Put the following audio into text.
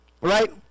Right